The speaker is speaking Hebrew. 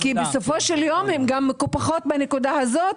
בסופו של יום הן גם מקופחות בנקודה הזאת.